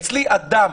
אצלי אדם